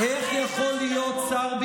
איך יכול להיות, "לא טרח"